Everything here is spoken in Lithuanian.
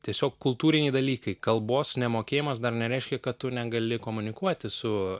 tiesiog kultūriniai dalykai kalbos nemokėjimas dar nereiškia kad tu negali komunikuoti su